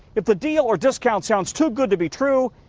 if the deal or discount seems too good to be true,